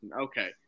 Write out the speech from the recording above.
Okay